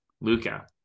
Luca